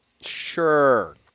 Sure